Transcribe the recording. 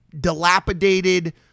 dilapidated